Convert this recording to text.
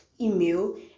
email